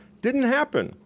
didn't happen,